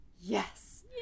Yes